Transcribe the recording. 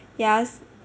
yes